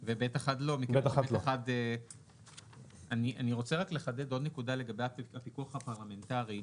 ב(1) לא כי --- אני רוצה לחדד עוד נקודה לגבי הפיקוח הפרלמנטרי.